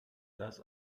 das